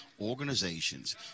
organizations